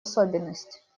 особенность